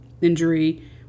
injury